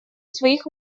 своих